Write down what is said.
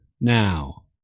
now